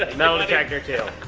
ah metal detector two.